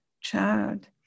child